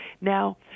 now